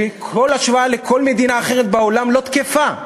וכל השוואה לכל מדינה אחרת בעולם לא תקפה,